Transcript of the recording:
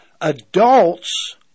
adults